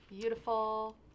Beautiful